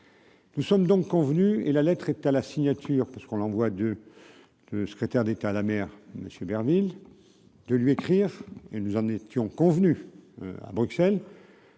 Nous sommes donc convenus et la lettre est à la signature, parce qu'on l'envoie de le secrétaire d'État à la mer, monsieur Mervil de lui écrire et nous en étions convenus à Bruxelles.